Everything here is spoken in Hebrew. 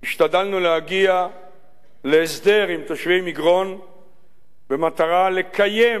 השתדלנו להגיע להסדר עם תושבי מגרון במטרה לקיים